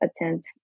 attend